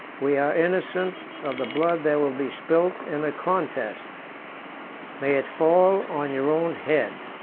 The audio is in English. we are innocent of the blood that will be spilt in the contest may it fall on your own head!